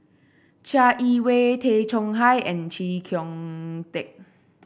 Chai Yee Wei Tay Chong Hai and Chee Kong Tet